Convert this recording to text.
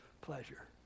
pleasure